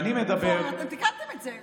פורר, אתם תיקנתם את זה.